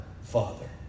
Father